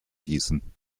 gießen